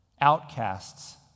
outcasts